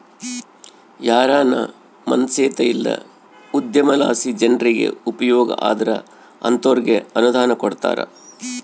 ಯಾರಾನ ಮನ್ಸೇತ ಇಲ್ಲ ಉದ್ಯಮಲಾಸಿ ಜನ್ರಿಗೆ ಉಪಯೋಗ ಆದ್ರ ಅಂತೋರ್ಗೆ ಅನುದಾನ ಕೊಡ್ತಾರ